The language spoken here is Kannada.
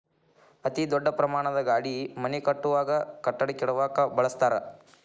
ಅತೇ ದೊಡ್ಡ ಪ್ರಮಾಣದ ಗಾಡಿ ಮನಿ ಕಟ್ಟುವಾಗ, ಕಟ್ಟಡಾ ಕೆಡವಾಕ ಬಳಸತಾರ